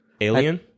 Alien